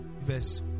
verse